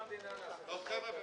הישיבה ננעלה בשעה